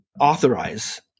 authorize